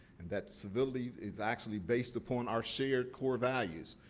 and, that civility is actually based upon our shared core values.